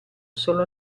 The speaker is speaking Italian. solo